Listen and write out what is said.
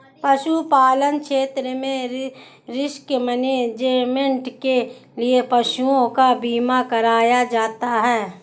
पशुपालन क्षेत्र में रिस्क मैनेजमेंट के लिए पशुओं का बीमा कराया जाता है